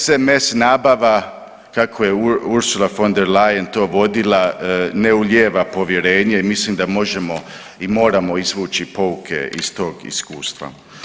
SMS nabava kako Ursula von der Leyen to vodila, ne ulijeva povjerenje i mislim da možemo i moramo izvući pouke iz tog iskustva.